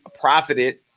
profited